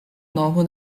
ногу